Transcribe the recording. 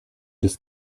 des